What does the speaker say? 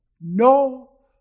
No